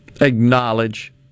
acknowledge